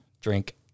Drink